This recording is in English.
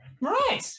Right